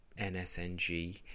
nsng